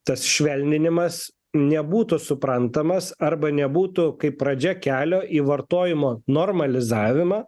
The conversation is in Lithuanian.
tas švelninimas nebūtų suprantamas arba nebūtų kaip pradžia kelio į vartojimo normalizavimą